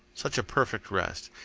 such a perfect rest.